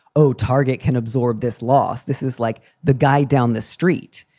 oh, target can absorb this loss. this is like the guy down the street.